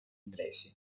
inglesi